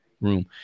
room